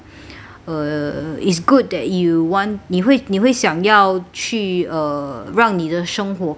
uh is good that you want 你会你会想要去 uh 让你的生活更好